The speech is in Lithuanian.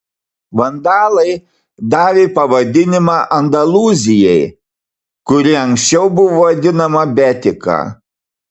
vandalai davė pavadinimą andalūzijai kuri anksčiau buvo vadinama betika